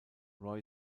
roy